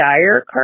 dire